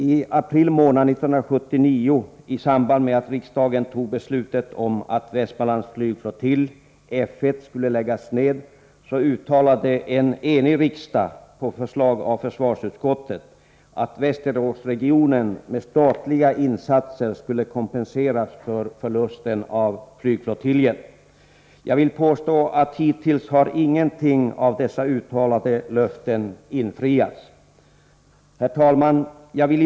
I april månad 1979, i samband med att riksdagen fattade beslut om att Västmanlands flygflottilj skulle läggas ned, uttalade en enig riksdag, på förslag av försvarsutskottet, att Västeråsregionen skulle kompenseras med statliga insatser för förlusten av flygflottiljen. Jag vill dock påstå att inget av de uttalade löftena hittills infriats. Herr talman!